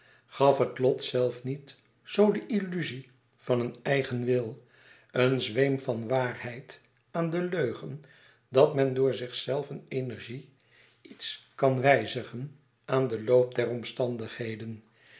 gaf het lot zelf niet zoo de illuzie van een eigen wil een zweem van waarheid aan den leugen dat men door zichzelven energie iets kan wijzigen aan den loop der omstandigheden